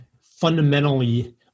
fundamentally